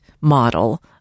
model